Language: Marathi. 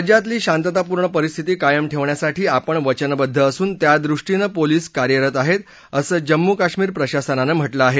राज्यातली शांततापूर्ण परिस्थिती कायम ठेवण्यासाठी आपण वचनबद्द असून त्यादृष्टीनं पोलीस कार्यरत आहेत असं जम्मू कश्मीर प्रशासनानं म्हटलं आहे